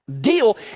deal